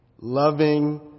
Loving